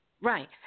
Right